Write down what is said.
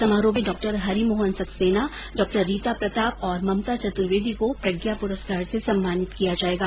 समारोह में डॉ हरिमोहन सक्सेना डॉ रीता प्रताप और ममता चतुर्वेदी को प्रज्ञा पुरस्कार से सम्मानित किया जाएगा